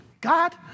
God